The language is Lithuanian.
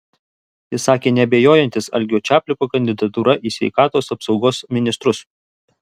jis sakė neabejojantis algio čapliko kandidatūra į sveikatos apsaugos ministrus